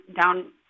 down